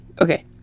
Okay